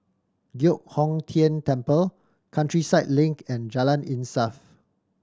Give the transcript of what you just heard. Giok Hong Tian Temple Countryside Link and Jalan Insaf